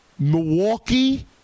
Milwaukee